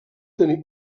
tenir